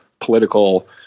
political